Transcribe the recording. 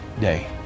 day